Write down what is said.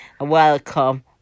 welcome